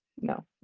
No